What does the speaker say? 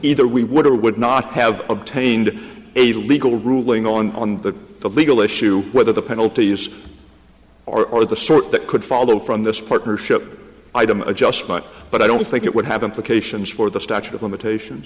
either we would or would not have obtained a legal ruling on the legal issue whether the penalties are the sort that could follow from this partnership or item adjustment but i don't think it would have implications for the statute of limitations